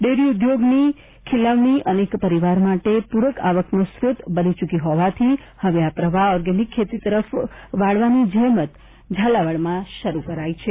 dairy ઉદ્યોગની ખીલવણી અનેક પરિવાર માટે પૂરક આવકનો સ્ત્રોત બની ચૂકી હોવાથી હવે આ પ્રવાહ ઓર્ગેનિક ખેતી તરફ વાળવાની જહેમત હવે ઝાલાવાડમાં શરૂ થઇ છે